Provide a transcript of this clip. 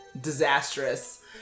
disastrous